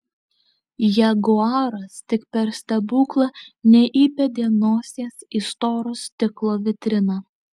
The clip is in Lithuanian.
jaguaras tik per stebuklą neįbedė nosies į storo stiklo vitriną